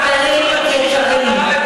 חברים יקרים,